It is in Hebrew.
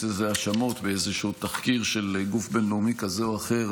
האשמות באיזשהו תחקיר של גוף בין-לאומי כזה או אחר.